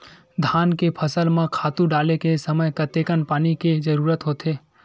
धान के फसल म खातु डाले के समय कतेकन पानी के जरूरत होथे?